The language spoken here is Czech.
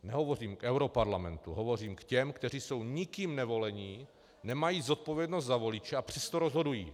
Nehovořím o europarlamentu, hovořím k těm, kteří jsou nikým nevoleni, nemají zodpovědnost za voliče, a přesto rozhodují.